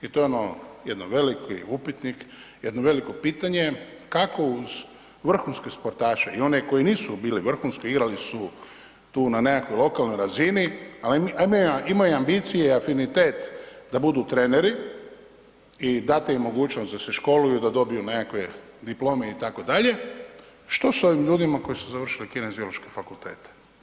I to je ono jedno veliko upitnik, jedno veliko pitanje kako uz vrhunske sportaše i one koji nisu bili vrhunski, igrali su tu na nekakvoj lokalnoj razini, ali imaju ambicije i afinitet da budu treneri i date im mogućnost da se školuju da dobiju nekakve diplome, itd., što s ovim ljudima koji su završili kineziološke fakultete.